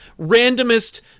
randomest